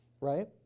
right